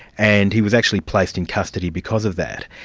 and he was actually placed in custody because of that.